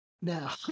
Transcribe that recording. Now